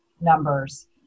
numbers